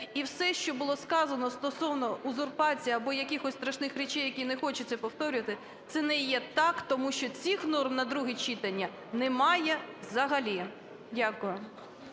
І все, що було сказано стосовно узурпації або якихось страшних речей, які не хочеться повторювати, це не є так, тому що цих норм на друге читання немає взагалі. Дякую.